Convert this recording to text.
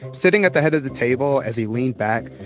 sitting at the head of the table as he leaned back,